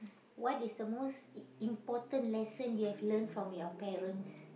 what is the most E~ important lesson you have learned from your parents